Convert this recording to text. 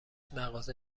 مغازه